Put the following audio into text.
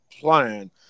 plan